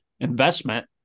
investment